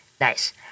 Nice